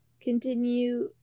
continue